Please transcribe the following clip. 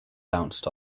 bounced